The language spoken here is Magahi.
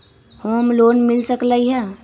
होम लोन मिल सकलइ ह?